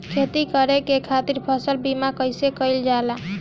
खेती करे के खातीर फसल बीमा कईसे कइल जाए?